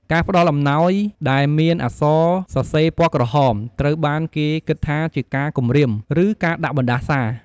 ការផ្តល់អំណោដែលមានអក្សរសរសេរពណ៍ក្រហម ត្រូវបានគេគិតថាជាការគម្រៀម ឬការដាក់បណ្ដាសា។